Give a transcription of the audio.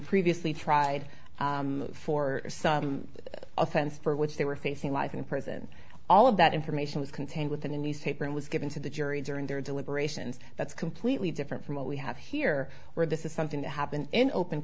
previously tried for some offense for which they were facing life in prison all of that information was contained within the newspaper and was given to the jury during their deliberations that's completely different from what we have here where this is something that happened in open